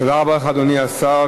תודה רבה לך, אדוני השר.